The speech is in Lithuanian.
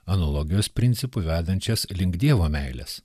analogijos principu vedančias link dievo meilės